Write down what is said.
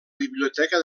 biblioteca